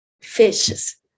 fishes